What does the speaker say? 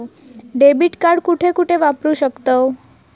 Debit card कुठे कुठे वापरू शकतव?